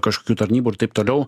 kažkokių tarnybų ir taip toliau